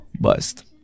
Bust